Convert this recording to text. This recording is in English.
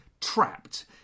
trapped